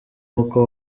nk’uko